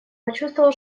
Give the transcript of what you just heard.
предчувствовал